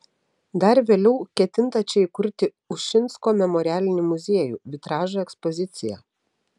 dar vėliau ketinta čia įkurti ušinsko memorialinį muziejų vitražo ekspoziciją